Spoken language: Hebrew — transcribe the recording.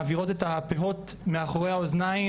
הן מעבירות את הפרות אל מאחורי האוזניים